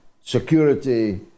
security